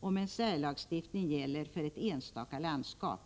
om en särlagstiftning gäller för ett enstaka landskap.